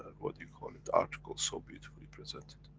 what you call it article so beautifully presented,